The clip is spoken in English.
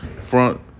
front